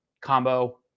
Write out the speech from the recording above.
combo